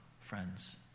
friends